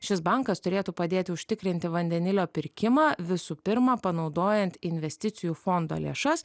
šis bankas turėtų padėti užtikrinti vandenilio pirkimą visų pirma panaudojant investicijų fondo lėšas